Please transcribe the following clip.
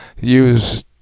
use